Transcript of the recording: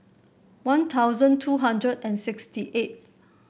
One Thousand two hundred and sixty eight